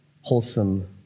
wholesome